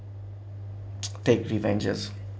take revenges